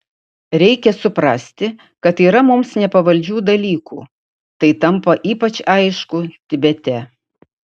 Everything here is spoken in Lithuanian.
reikia suprasti kad yra mums nepavaldžių dalykų tai tampa ypač aišku tibete